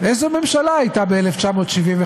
איזו ממשלה הייתה ב-1975?